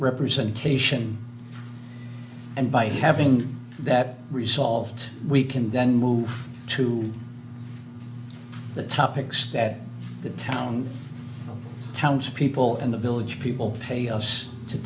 representation and by having that resolved we can then move to the topics that the town council people in the village people pay us to